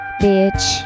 bitch